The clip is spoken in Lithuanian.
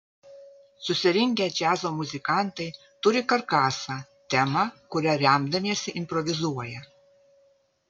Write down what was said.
susirinkę džiazo muzikantai turi karkasą temą kuria remdamiesi improvizuoja